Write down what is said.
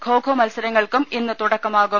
ഖോ ഖോ മത്സരങ്ങൾക്കും ഇന്ന് തുടക്കമാകും